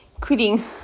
quitting